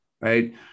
right